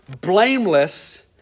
blameless